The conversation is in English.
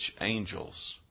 angels